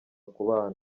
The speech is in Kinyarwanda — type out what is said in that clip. kubana